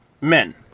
Men